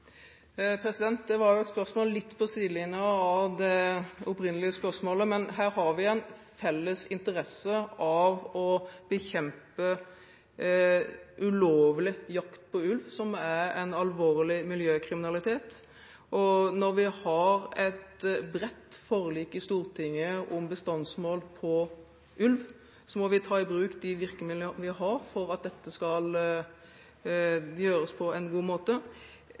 Det var jo et spørsmål litt på siden av det opprinnelige spørsmålet, men her har vi en felles interesse av å bekjempe ulovlig jakt på ulv, som er alvorlig miljøkriminalitet, og når vi har et bredt forlik i Stortinget om bestandsmål på ulv, må vi ta i bruk de virkemidlene vi har, for at dette skal gjøres på en god måte.